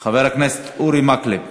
חבר הכנסת אורי מקלב.